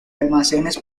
almacenes